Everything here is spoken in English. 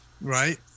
right